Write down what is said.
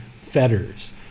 fetters